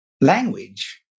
language